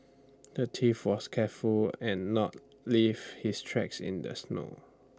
the thief was careful and not leave his tracks in the snow